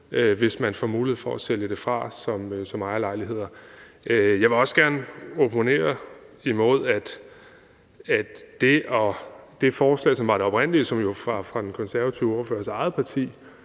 hvis man får mulighed for at sælge det fra som ejerlejligheder. Jeg vil også gerne opponere imod det forslag, som var det oprindelige, og som jo var fra den konservative ordførers eget parti